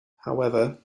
however